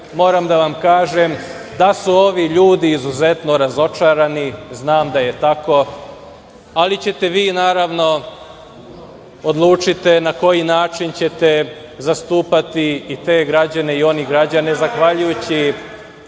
moram da vam kažem da su ovi ljudi izuzetno razočarani. Znam da je tako, ali ćete vi naravno, odlučite na koji način ćete zastupati i te građane zahvaljujući